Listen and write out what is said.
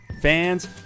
fans